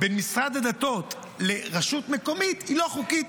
ממשרד הדתות לרשות מקומית היא לא חוקית.